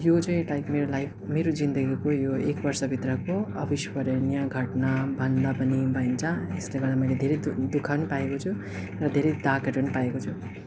यो चाहिँ लाइक मेरो लाइफ मेरो जिन्दगीको यो एक बर्षभित्रको अविस्मरणीय घटना भन्दा पनि हुन्छ यसले गर्दा मैले धेरै दु दुखः पनि पाएको छु र धेरै दागहरू पनि पाएको छु